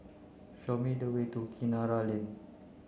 show me the way to Kinara Lane